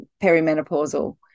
perimenopausal